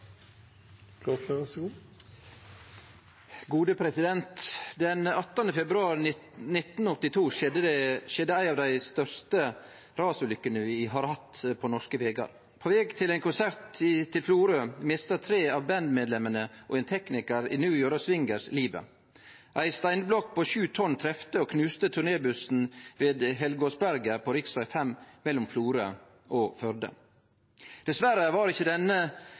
februar 1982 skjedde ei av dei største rasulykkene vi har hatt på norske vegar. På veg til ein konsert i Florø mista tre av bandmedlemene og ein teknikar i New Jordal Swingers livet. Ei steinblokk på sju tonn trefte og knuste turnébussen ved Helgåsberget på rv. 5 mellom Florø og Førde. Dessverre var ikkje denne